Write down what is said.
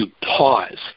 pause